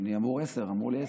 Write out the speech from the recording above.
אמרו לי עשר.